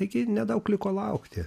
taigi nedaug liko laukti